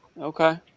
Okay